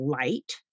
light